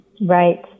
Right